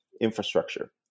infrastructure